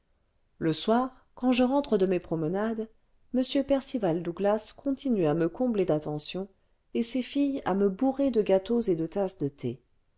le soir quand je rentre de mes promenades m percival douglas continue à me combler d'attentions et ses filles à me bourrer de gâteaux et de